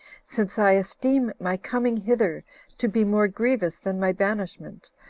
since i esteem my coming hither to be more grievous than my banishment,